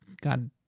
god